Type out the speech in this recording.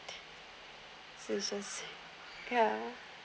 so it just ya